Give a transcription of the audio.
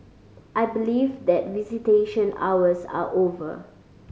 I believe that visitation hours are over